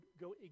go